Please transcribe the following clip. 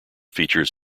features